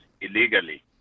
illegally